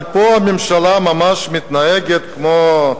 אבל פה הממשלה ממש מתנהגת כמו,